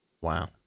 Wow